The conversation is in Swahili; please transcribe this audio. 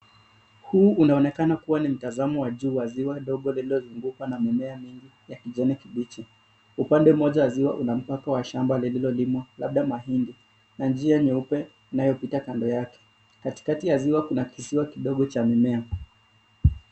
Huu unaonekana kuwa ni mtazamo wa juu wa ziwa dogo lililozungukwa na mimea mingi ya kijani kibichi. Upande moja wa ziwa una mpaka wa shamba lililolimwa labda mahindi na njia nyeupe inayopita kando yake. Katikati ya ziwa kuna kisiwa kidogo cha mimea.